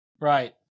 Right